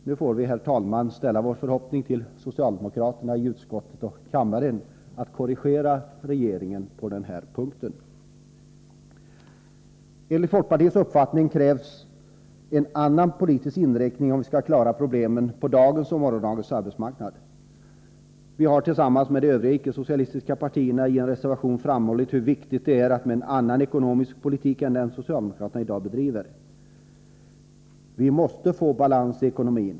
Nu får vi, herr talman, ställa vår förhoppning till att socialdemokraterna i utskottet och kammaren skall korrigera regeringen på den här punkten. Enligt folkpartiets uppfattning krävs en annan politisk inriktning om vi skall klara problemen på dagens och morgondagens arbetsmarknad. Vi har tillsammans med de övriga icke-socialistiska partierna i en reservation framhållit hur viktigt det är med en annan ekonomisk politik än den socialdemokraterna i dag bedriver. Vi måste få balans i ekonomin.